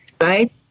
right